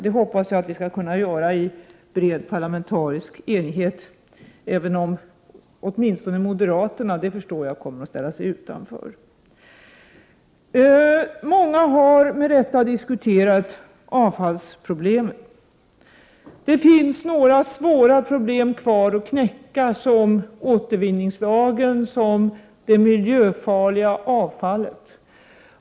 Det hoppas jag att vi skall kunna göra i bred parlamentarisk enighet, även om åtminstone moderaterna — det förstår jag — kommer att ställa sig utanför. Många har med rätta diskuterat avfallsproblemen. Det finns några svåra problem kvar att knäcka, som återvinningslagen, som det miljöfarliga avfallet.